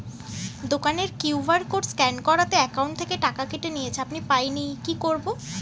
দোকানের QR code scan করাতে account থেকে টাকা কেটে নিয়েছে, আমি পাইনি কি করি?